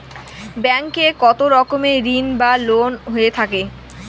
Bank এ কত রকমের ঋণ বা লোন হয়ে থাকে?